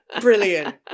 Brilliant